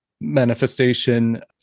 manifestation